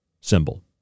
symbol